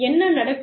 என்ன நடக்கும்